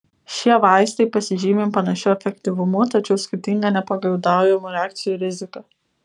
šie vaistai pasižymi panašiu efektyvumu tačiau skirtinga nepageidaujamų reakcijų rizika